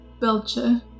Belcher